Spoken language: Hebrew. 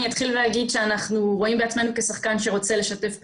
אני אתחיל ואגיד שאנחנו רואים בעצמנו כשחקן שרוצה לשתף פעולה,